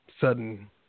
sudden